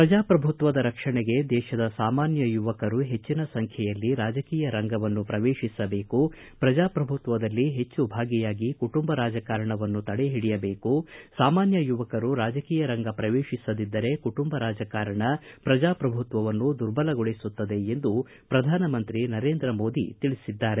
ಪ್ರಜಾಪ್ರಭುತ್ವದ ರಕ್ಷಣೆಗೆ ದೇಶದ ಸಾಮಾನ್ಯ ಯುವಕರು ಹೆಚ್ಚಿನ ಸಂಖ್ಯೆಯಲ್ಲಿ ರಾಜಕೀಯ ರಂಗವನ್ನು ಪ್ರವೇಶಿಸಬೇಕು ಪ್ರಜಾಪ್ರಭುತ್ವದಲ್ಲಿ ಹೆಚ್ಚು ಭಾಗಿಯಾಗಿ ಕುಟುಂಬ ರಾಜಕಾರಣವನ್ನು ತಡೆಹಿಡಿಯಬೇಕು ಸಾಮಾನ್ಯ ಯುವಕರು ರಾಜಕೀಯ ರಂಗ ಪ್ರವೇಶಿಸದಿದ್ದರೆ ಕುಟುಂಬ ರಾಜಕಾರಣ ಪ್ರಜಾಪ್ರಭುತ್ವವನ್ನು ದುರ್ಬಲಗೊಳಿಸುತ್ತದೆ ಎಂದು ಪ್ರಧಾನಿ ನರೇಂದ್ರ ಮೋದಿ ತಿಳಿಸಿದ್ದಾರೆ